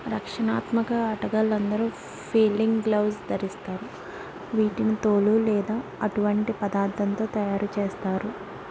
రక్షణాత్మక ఆటగాళ్ళు అందరూ ఫీల్డింగ్ గ్లోవ్స్ ధరిస్తారు వీటిని తోలు లేదా అటువంటి పదార్ధంతో తయారు చేస్తారు